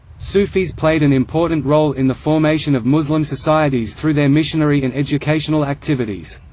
sufis played an important role in the formation of muslim societies through their missionary and educational activities.